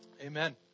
amen